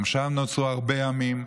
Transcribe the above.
גם שם נוצרו הרבה עמים,